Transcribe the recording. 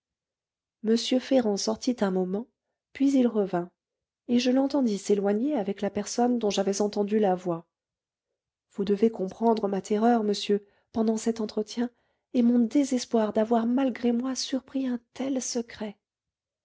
m ferrand sortit un moment puis il revint et je l'entendis enfin s'éloigner avec la personne dont j'avais entendu la voix vous devez comprendre ma terreur monsieur pendant cet entretien et mon désespoir d'avoir malgré moi surpris un tel secret